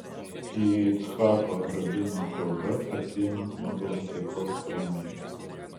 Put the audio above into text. yitzhako rabino kalba atsiimant nobelio taikos premiją